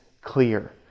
clear